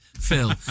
Phil